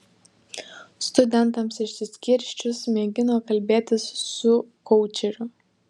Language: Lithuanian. studentams išsiskirsčius mėgino kalbėtis su koučeriu